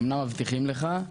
אמנם מבטיחים לך,